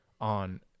on